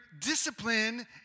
discipline